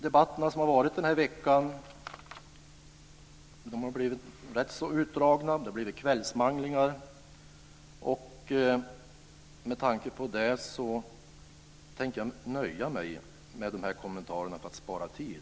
Debatterna har under den här veckan varit rätt utdragna och har innefattat kvällsmanglingar. För att spara tid tänker jag nöja mig med de här kommentarerna.